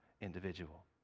individual